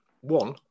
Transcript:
one